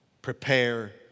Prepare